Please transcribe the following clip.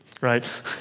right